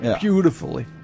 Beautifully